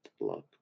Look